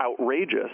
outrageous